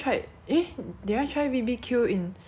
I don't think I have but 我记得 like the time